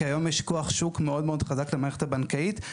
כי היום יש כוח שוק מאוד מאוד חזק למערכת הבנקאית.